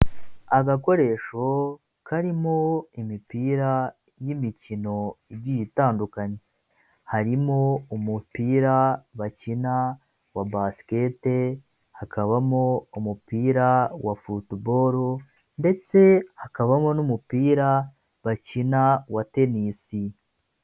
Agakoresho karimo imipira y'imikino igiye itandukanye, harimo umupira bakina wa basikete, hakabamo umupira wa futuboro ndetse hakabamo n'umupira bakina wa tenisi.